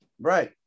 Right